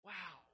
Wow